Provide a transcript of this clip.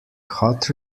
hot